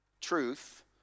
Truth